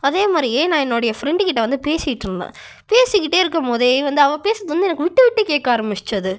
அதேமாதிரியே நான் என்னோடைய ஃப்ரெண்ட்டு கிட்ட வந்து பேசிக்கிட்டுருந்தேன் பேசிக்கிட்டே இருக்கும்போதே வந்து அவள் பேசுகிறது வந்து எனக்கு விட்டு விட்டு கேட்க ஆரமிச்சது